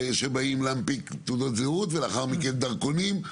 שבאים להנפיק תעודות זהות ולאחר מכן דרכונים.